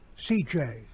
CJ